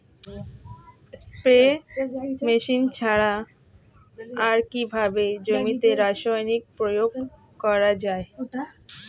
Spray machine ছাড়া আর কিভাবে জমিতে রাসায়নিক প্রয়োগ করা যায়?